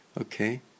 okay